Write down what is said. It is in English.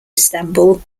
istanbul